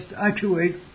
actuate